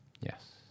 yes